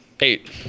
Eight